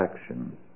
action